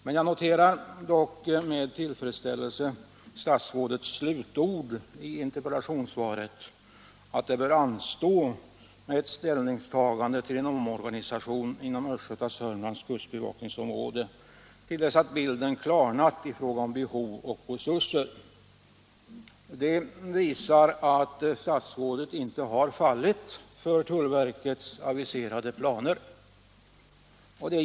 Men jag noterar med tillfredsställelse statsrådets slutord i interpellationssvaret, att ett ställningstagande till en omorganisation inom Östgöta-Sörmlands kustbevakningsområde bör anstå till dess att helhetsbilden klarnat i fråga om behov och resurser. Det visar att statsrådet inte har fallit för tullverkets aviserade planer.